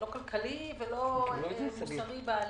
לא כלכלי ולא מוסרי בעליל,